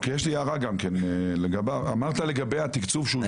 הערה, אמרת לגבי התקצוב שהוא תומך.